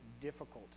difficult